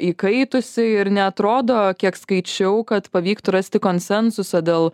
įkaitusi ir neatrodo kiek skaičiau kad pavyktų rasti konsensusą dėl